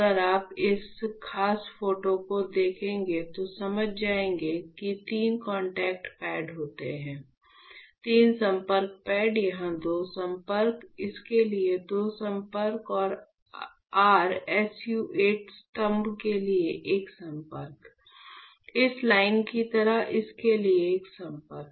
अगर आप इस खास फोटो को देखेंगे तो समझ जाएंगे कि तीन कॉन्टैक्ट पैड होते हैं तीन संपर्क पैड यहां दो संपर्क इसके लिए दो संपर्क और r SU 8 स्तंभ के लिए एक संपर्क इस लाइन की तरह इसके लिए एक संपर्क